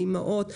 מאימהות,